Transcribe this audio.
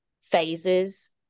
phases